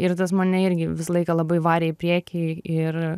ir tas mane irgi visą laiką labai varė į priekį ir